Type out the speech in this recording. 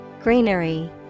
Greenery